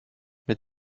mit